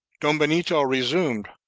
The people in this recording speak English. don benito resumed,